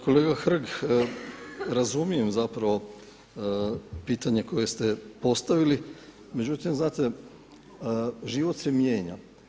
Kolega Hrg, razumijem zapravo pitanje koja ste postavili, međutim znate život se mijenja.